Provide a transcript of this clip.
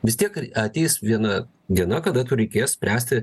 vis tiek ateis viena diena kada tu reikės spręsti